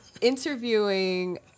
interviewing